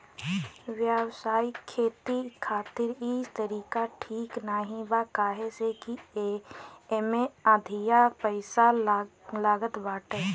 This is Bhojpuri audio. व्यावसायिक खेती खातिर इ तरीका ठीक नाही बा काहे से की एमे अधिका पईसा लागत बाटे